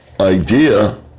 idea